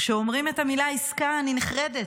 כשאומרים את המילה "עסקה" אני נחרדת.